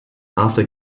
after